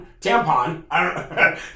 Tampon